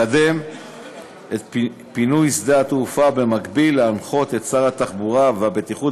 לקדם את פינוי שדה-התעופה ובמקביל להנחות את שר התחבורה והבטיחות